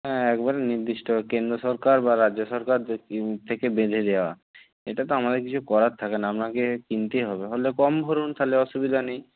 হ্যাঁ একবারে নির্দিষ্ট কেন্দ্র সরকার বা রাজ্য সরকার থেকে বেঁধে দেওয়া এটা তো আমাদের কিছু করার থাকে না আপনাকে কিনতেই হবে হলে কম ভরুন তাহলে অসুবিধা নেই